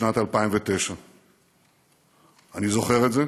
בשנת 2009. אני זוכר את זה